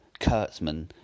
Kurtzman